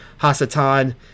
Hasatan